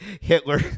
Hitler